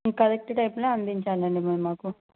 correct time లో అందించాలండి మీరు మాకు